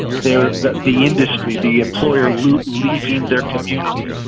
there the the industry, the employer, loot, leaving their community.